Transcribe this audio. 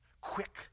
quick